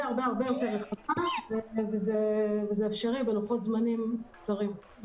יותר רחבה וזה אפשרי בלוחות זמנים קצרים.